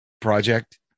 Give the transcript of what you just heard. project